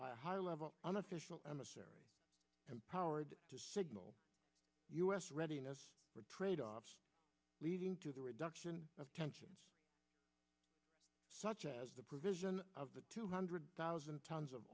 by a high level unofficial emissary empowered to signal u s readiness for trade offs leading to the reduction of tensions such as the provision of the two hundred thousand tonnes of